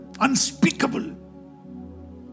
unspeakable